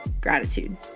gratitude